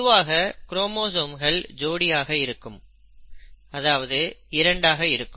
பொதுவாக குரோமோசோம்கள் ஜோடியாக இருக்கும் அதாவது இரண்டாக இருக்கும்